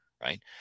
right